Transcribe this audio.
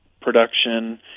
production